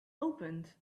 opened